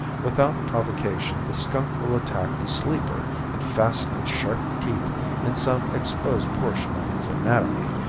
without provocation the skunk will attack the sleeper and fasten its sharp teeth in some exposed portion of his anatomy,